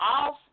off